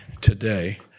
today